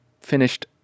finished